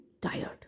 tired